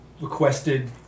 requested